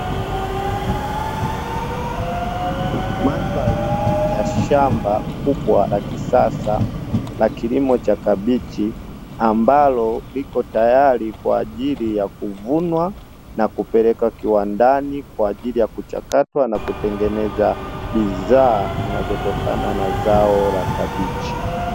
Mandhari ya shamba kubwa la kisasa la kilimo cha kabichi ambalo liko tayari kwaajili ya kuvunwa na kupelekwa kiwandani, kwaajili ya kuchakatwa na kutengeneza bidhaa zinazotokana na zao la kabichi.